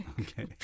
Okay